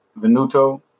Venuto